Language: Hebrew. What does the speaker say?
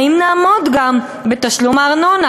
האם נעמוד גם בתשלום הארנונה,